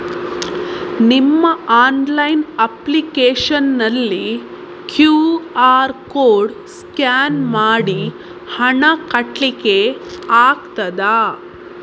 ನಿಮ್ಮ online application ನಲ್ಲಿ QR code scan ಮಾಡಿ ಹಣ ಕಟ್ಲಿಕೆ ಆಗ್ತದ?